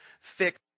fix